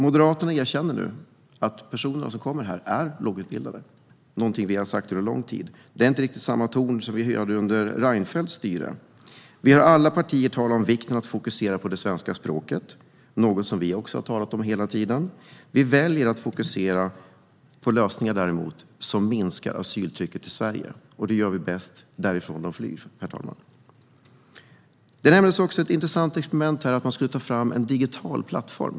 Moderaterna erkänner nu att de som kommer är lågutbildade, vilket är någonting som vi har sagt under lång tid, och det är inte riktigt samma ton som vi hörde under Reinfeldts styre. Vi har i alla partier talat om vikten av att fokusera på det svenska språket. Det har vi också talat om hela tiden. Vi väljer däremot att fokusera på lösningar som minskar asyltrycket i Sverige. Det gör vi bäst på de platser som de här människorna flyr från, herr talman. Ett intressant experiment nämndes här som handlar om att man skulle ta fram en digital plattform.